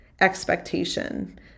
expectation